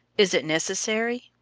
is it necessary?